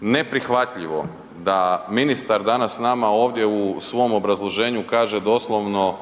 neprihvatljivo da ministar danas s nama ovdje u svom obrazloženju kaže doslovno